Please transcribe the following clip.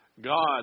God